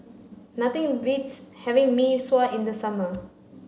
nothing beats having Mee Sua in the summer